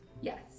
Yes